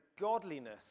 godliness